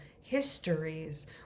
histories